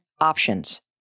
options